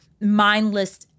mindless